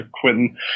Quentin